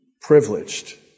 privileged